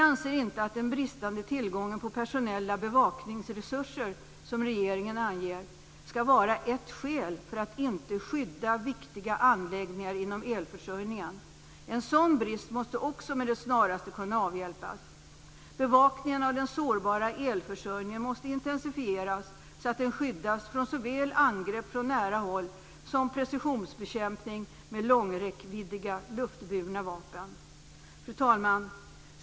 Vi anser inte att den bristande tillgången på personella bevakningsresurser, som regeringen anger, skall vara ett skäl för att inte skydda viktiga anläggningar inom elförsörjningen. En sådan brist måste också med det snaraste kunna avhjälpas. Bevakningen av den sårbara elförsörjningen måste intensifieras, så att den skyddas från såväl angrepp från nära håll som från precisionsbekämpning med luftburna vapen med lång räckvidd. Fru talman!